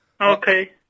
Okay